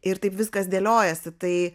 ir taip viskas dėliojasi tai